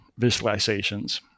visualizations